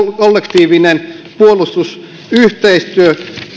kollektiivinen puolustusyhteistyö